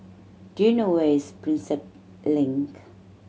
do you know where is Prinsep Link